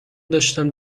داشتم